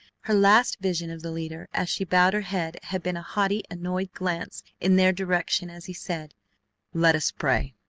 her last vision of the leader as she bowed her head had been a haughty, annoyed glance in their direction as he said let us pray.